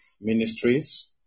Ministries